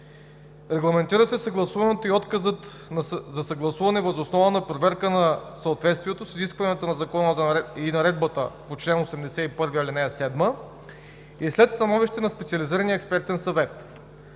Регламентира се съгласуването и отказът за съгласуване въз основа на проверка на съответствието с изискванията на закона и наредбата по чл. 81, ал. 7 и след становище на Специализирания експертен съвет.